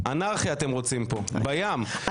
אנרכיה אתם רוצים פה, בים.